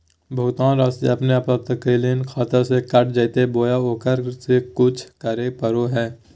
भुक्तान रासि अपने आपातकालीन खाता से कट जैतैय बोया ओकरा ले कुछ करे परो है?